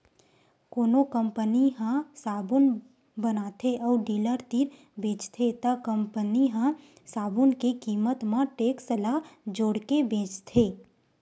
कोनो कंपनी ह साबून बताथे अउ डीलर तीर बेचथे त कंपनी ह साबून के कीमत म टेक्स ल जोड़के बेचथे